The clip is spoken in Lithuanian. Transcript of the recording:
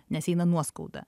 nes eina nuoskauda